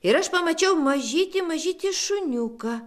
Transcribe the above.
ir aš pamačiau mažytį mažytį šuniuką